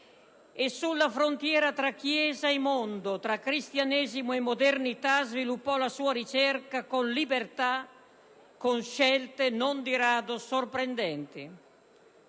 e sulla frontiera tra Chiesa e mondo, fra cristianesimo e modernità; sviluppò la sua ricerca con libertà e scelte non di rado sorprendenti.